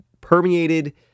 permeated